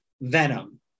Venom